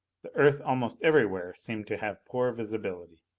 the earth almost everywhere seemed to have poor visibility.